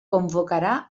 convocarà